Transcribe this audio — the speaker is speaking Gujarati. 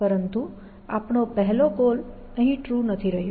પરંતુ આપણો પહેલો ગોલ અહીં ટ્રુ નથી રહ્યો